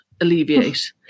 alleviate